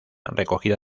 recogida